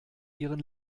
ihren